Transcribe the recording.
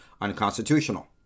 unconstitutional